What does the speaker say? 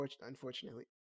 Unfortunately